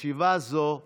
ישיבה זו נעולה.